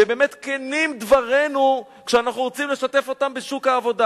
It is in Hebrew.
ובאמת כנים דברינו שאנחנו רוצים לשתף אותם בשוק העבודה.